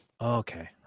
okay